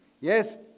Yes